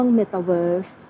metaverse